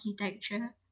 architecture